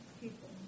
people